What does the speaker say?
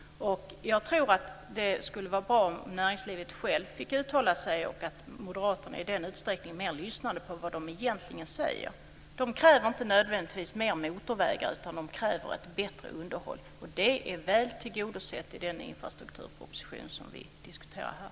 Jag tror att det skulle vara bra om näringslivet självt fick uttala sig och om Moderaterna lyssnade mer till vad de egentligen säger. De kräver inte nödvändigtvis fler motorvägar, utan de kräver ett bättre underhåll, och det är väl tillgodosett i den infrastrukturproposition som vi nu diskuterar.